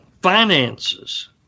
finances